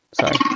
Sorry